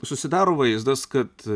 susidaro vaizdas kad